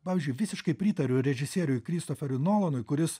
pavyzdžiui visiškai pritariu režisieriui kristoferiui nolanui kuris